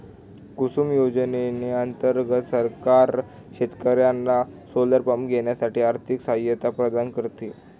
कुसुम योजने अंतर्गत सरकार शेतकर्यांना सोलर पंप घेण्यासाठी आर्थिक सहायता प्रदान करते